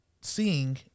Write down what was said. seeing